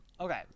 Okay